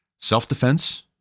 self-defense